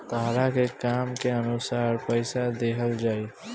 तहरा के काम के अनुसार पइसा दिहल जाइ